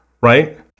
right